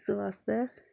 इस बास्तै